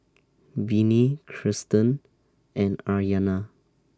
Vinie Kirsten and Aryana